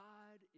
God